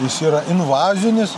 jis yra invazinis